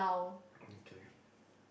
okay